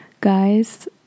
guys